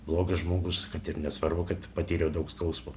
blogas žmogus kad ir nesvarbu kad patyriau daug skausmo